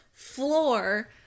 floor